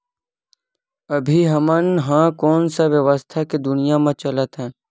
अभी हम ह कोन सा व्यवसाय के दुनिया म चलत हन?